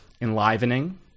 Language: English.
enlivening